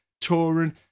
touring